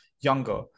younger